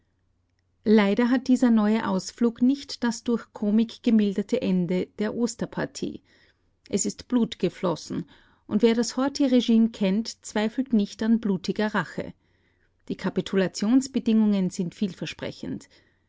leider hat dieser neue ausflug nicht das durch komik gemilderte ende der osterpartie es ist blut geflossen und wer das horthy-regime kennt zweifelt nicht an blutiger rache die kapitulationsbedingungen sind vielversprechend